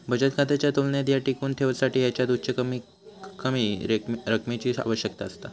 बचत खात्याच्या तुलनेत ह्या टिकवुन ठेवसाठी ह्याच्यात उच्च कमीतकमी रकमेची आवश्यकता असता